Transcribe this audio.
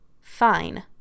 Fine